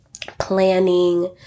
planning